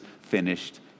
finished